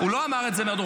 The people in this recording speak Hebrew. הוא אמר את זה כבר.